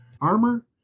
armor